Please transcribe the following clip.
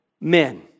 men